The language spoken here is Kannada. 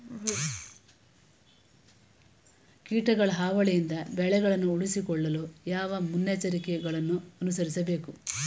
ಕೀಟಗಳ ಹಾವಳಿಯಿಂದ ಬೆಳೆಗಳನ್ನು ಉಳಿಸಿಕೊಳ್ಳಲು ಯಾವ ಮುನ್ನೆಚ್ಚರಿಕೆಗಳನ್ನು ಅನುಸರಿಸಬೇಕು?